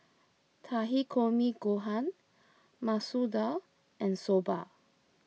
Takikomi Gohan Masoor Dal and Soba